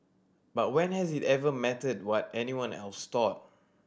but when has it ever mattered what anyone else thought